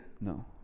no